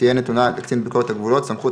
תהיה נתונה לקצין ביקורת הגבולות סמכות